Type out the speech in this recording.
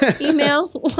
email